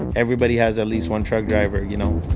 everybody has at least one truck driver. you know